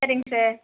சரிங்க சார்